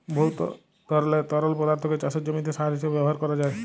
বহুত ধরলের তরল পদাথ্থকে চাষের জমিতে সার হিঁসাবে ব্যাভার ক্যরা যায়